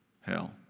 hell